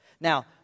Now